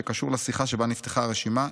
שקשור לשיחה שבה נפתחה הרשימה,